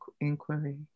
inquiry